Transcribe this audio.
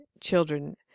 children